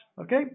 okay